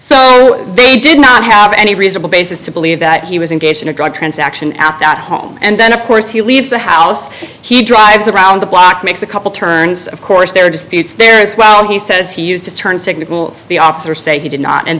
so they did not have any reasonable basis to believe that he was engaged in a drug transaction at that home and then of course he leaves the house he drives around the block makes a couple turns of course there are disputes there is well he says he used to turn signals the officers say he did not and